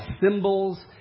symbols